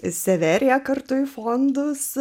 severiją kartu į fondus